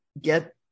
get